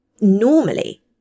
normally